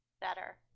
Better